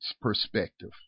perspective